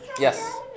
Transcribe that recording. Yes